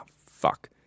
fuck